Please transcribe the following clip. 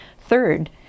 Third